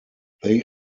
they